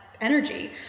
energy